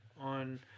on